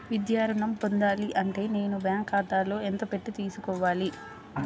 విద్యా ఋణం పొందాలి అంటే నేను బ్యాంకు ఖాతాలో ఎంత పెట్టి తీసుకోవాలి?